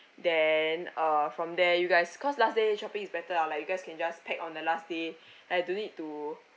then uh from there you guys cause last day shopping is better ah like you guys can just pack on the last day and don't need to